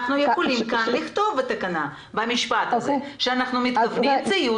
אנחנו יכולים לכתוב בתקנה שאנחנו מתכוונים לציוד